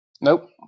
Nope